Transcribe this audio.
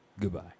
Goodbye